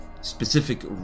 specific